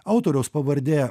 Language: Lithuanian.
autoriaus pavardė